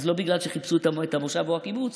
אז לא בגלל שחיפשו את המושב או הקיבוץ